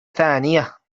ثانية